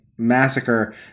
Massacre